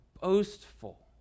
boastful